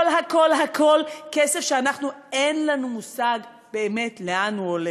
הכול-הכול-הכול-הכול כסף שאין לנו מושג באמת לאן הוא הולך.